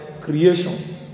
creation